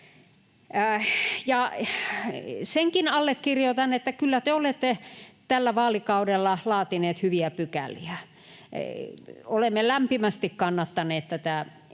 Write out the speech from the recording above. Senkin allekirjoitan, että kyllä te olette tällä vaalikaudella laatineet hyviä pykäliä. Olemme lämpimästi kannattaneet tätä vanhusten